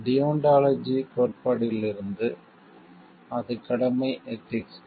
deontology கோட்பாட்டிலிருந்து அது கடமை எதிக்ஸ்கள்